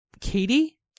Katie